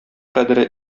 кадере